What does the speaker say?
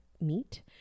meat